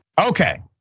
okay